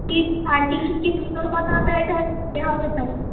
কী আর কী কী কী সতর্কতা হবে তাই